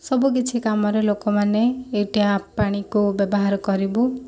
ସବୁକିଛି କାମରେ ଲୋକମାନେ ଏ ଟ୍ୟାପ୍ ପାଣିକୁ ବ୍ୟବହାର କରିବୁ